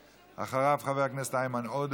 אחריו, חבר הכנסת איימן עודה